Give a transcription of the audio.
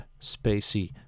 spacey